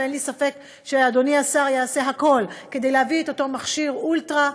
ואין לי ספק שאדוני השר יעשה הכול כדי להביא את אותו מכשיר אולטרה,